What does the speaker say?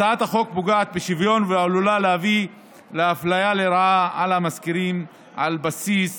הצעת החוק פוגעת בשוויון ועלולה להביא לאפליה לרעה של המשכירים על בסיס